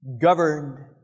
governed